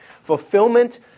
Fulfillment